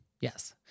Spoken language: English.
Yes